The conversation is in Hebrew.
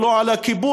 ולא על הכיבוש,